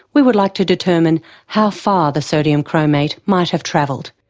we would like to determine how far the sodium chromate might have travelled.